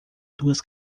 duas